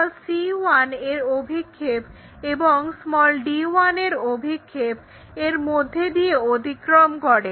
c1 এর অভিক্ষেপ এবং d1 এর অভিক্ষেপ এর মধ্যে দিয়ে অতিক্রম করে